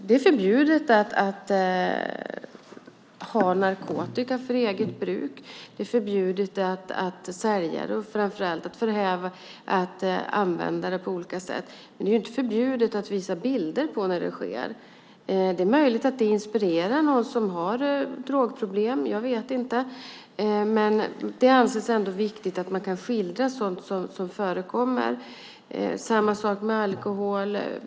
Det är förbjudet att ha narkotika för eget bruk. Det är förbjudet att sälja det, och framför allt att använda det, men det är inte förbjudet att visa bilder på när det sker. Det är möjligt att det inspirerar någon som har drogproblem, men det anses ändå viktigt att man kan skildra sådant som förekommer. Samma sak gäller alkohol.